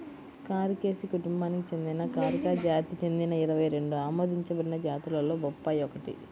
కారికేసి కుటుంబానికి చెందిన కారికా జాతికి చెందిన ఇరవై రెండు ఆమోదించబడిన జాతులలో బొప్పాయి ఒకటి